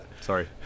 sorry